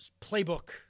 playbook